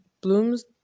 Bloom's